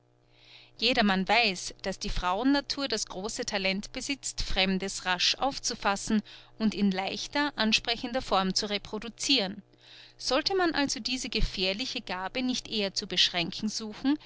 jedermann weiß daß die frauennatur das große talent besitzt fremdes rasch aufzufassen und in leichter ansprechender form zu reproduciren sollte man also diese gefährliche gabe nicht eher zu beschränken suchen